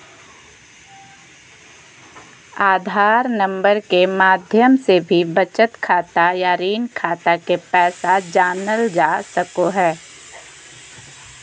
आधार नम्बर के माध्यम से भी बचत खाता या ऋण खाता के पैसा जानल जा सको हय